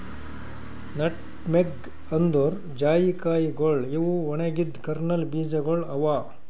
nutmeg ಅಂದುರ್ ಜಾಯಿಕಾಯಿಗೊಳ್ ಇವು ಒಣಗಿದ್ ಕರ್ನಲ್ ಬೀಜಗೊಳ್ ಅವಾ